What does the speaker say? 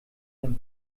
ihrem